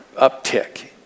uptick